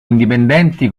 indipendenti